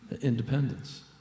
Independence